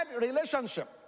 relationship